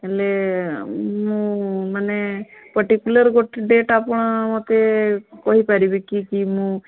ହେଲେ ମୁଁ ମାନେ ପର୍ଟିକୁଲାର୍ ଗୋଟେ ଡେଟ୍ ଆପଣ ମୋତେ କହିପାରିବେ କି କି ମୁଁ